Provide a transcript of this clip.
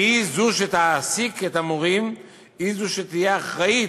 והיא שתעסיק את המורים, היא שתהיה אחראית.